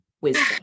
wisdom